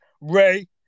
Ray